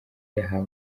yahawe